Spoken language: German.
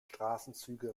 straßenzüge